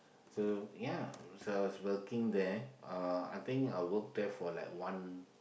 so ya so as I was working there uh I think I worked there for like one